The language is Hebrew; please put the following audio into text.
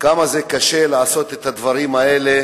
כמה קשה לעשות את הדברים האלה